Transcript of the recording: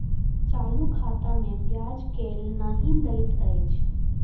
चालू खाता मे ब्याज केल नहि दैत अछि